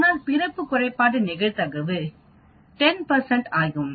ஆனால் பிறப்பு குறைபாட்டின் நிகழ்தகவு 10 ஆகும்